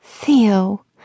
Theo